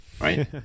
Right